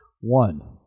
One